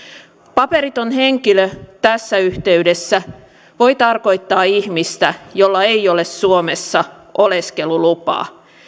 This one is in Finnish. paperiton henkilö tässä yhteydessä voi tarkoittaa ihmistä jolla ei ole suomessa oleskelulupaa